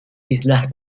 islas